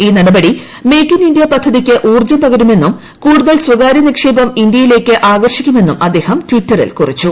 ഈ നടപടി make in India പദ്ധതിയ്ക്ക് ഊർജ്ജം പകരുമെന്നും കൂടുതൽ സ്ഥകാര്യ നിക്ഷേപം ഇന്ത്യയിലേയ്ക്ക് ആകർഷിക്കുമെന്നും അദ്ദേഹം ട്വിറ്ററിൽ കുറിച്ചു